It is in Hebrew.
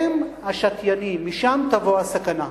הם השתיינים, משם תבוא הסכנה.